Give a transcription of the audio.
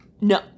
No